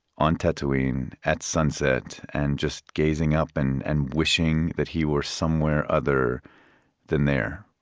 on tatooine at sunset and just gazing up and and wishing that he were somewhere other than there.